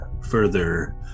further